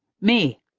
me!